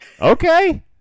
okay